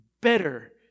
better